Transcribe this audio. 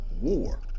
war